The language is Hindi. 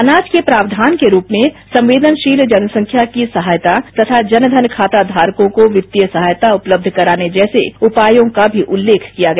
अनाज के प्रावधान के रूप में संवेदनशील जनसंख्या की सहायता तथा जनधन खाता धारको को वित्तीय सहायता उपलब्ध कराने जैसे उपायों का भी उत्त्लेख किया गया